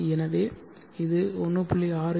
எனவே இது 1